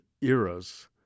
eras